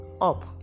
up